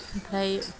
एमफ्राय